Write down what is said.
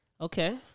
Okay